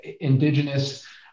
indigenous